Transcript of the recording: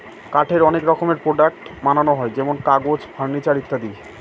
কাঠের অনেক রকমের প্রডাক্টস বানানো হয় যেমন কাগজ, ফার্নিচার ইত্যাদি